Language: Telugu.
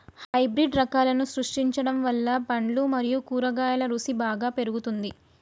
హైబ్రిడ్ రకాలను సృష్టించడం వల్ల పండ్లు మరియు కూరగాయల రుసి బాగా పెరుగుతుంది